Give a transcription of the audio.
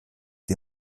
die